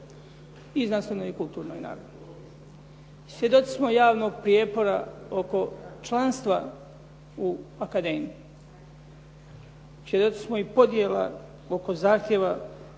i znanstveno i kulturnoj naravno. Svjedoci smo javnog prijepora oko članstva u akademiji, svjedoci smo i podjela oko zahtjeva